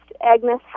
Agnes